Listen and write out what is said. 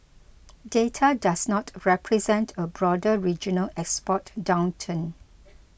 data does not represent a broader regional export downturn